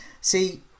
see